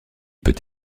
peut